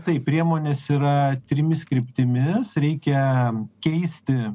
tai priemonės yra trimis kryptimis reikia keisti